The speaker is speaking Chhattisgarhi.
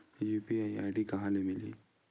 यू.पी.आई आई.डी कहां ले मिलही?